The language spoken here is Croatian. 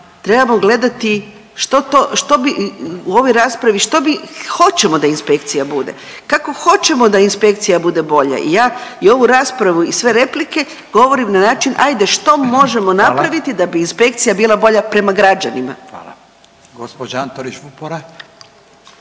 trebamo gledati što to, što bi, u ovoj raspravi što mi hoćemo da inspekcija bude, kako hoćemo da inspekcija bude bolja. Ja i ovu raspravu i sve replike govorim na način ajde što možemo napraviti…/Upadica Radin: Hvala/…da bi inspekcija bila bolja prema građanima. **Radin, Furio